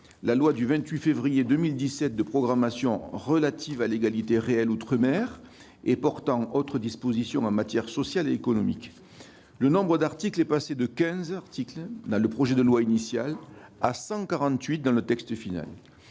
la loi du 28 février 2017 de programmation relative à l'égalité réelle outre-mer et portant autres dispositions en matière sociale et économique, le nombre des articles est passé de 15, dans le projet de loi initial, à 148 dans le texte final.